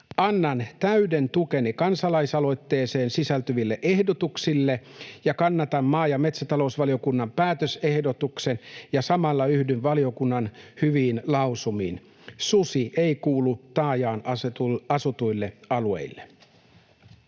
Annan täyden tukeni kansalaisaloitteeseen sisältyville ehdotuksille ja kannatan maa- ja metsätalousvaliokunnan päätösehdotusta ja samalla yhdyn valiokunnan hyviin lausumiin. Susi ei kuulu taajaan asutuille alueille.